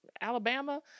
Alabama